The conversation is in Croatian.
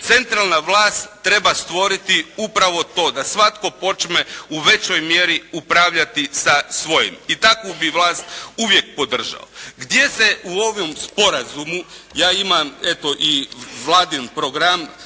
Centralna vlast treba stvoriti upravo to da svatko počne u većoj mjeri upravljati sa svojim, i takvu bi vlast uvijek podržao. Gdje se u ovom sporazumu, ja imam eto i Vladin program,